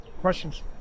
Questions